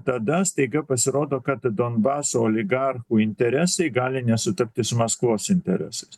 tada staiga pasirodo kad donbaso oligarchų interesai gali nesutapti su maskvos interesais